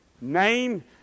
name